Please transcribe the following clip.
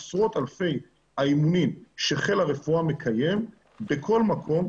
עשרות אלפי האימונים שחיל הרפואה מקיים בכל מקום,